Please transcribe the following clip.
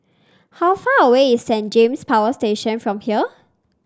how far away is Saint James Power Station from here